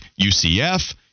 UCF